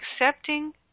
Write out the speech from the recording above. accepting